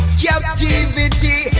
captivity